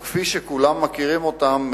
או כפי שכולם מכירים אותם,